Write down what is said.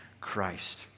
Christ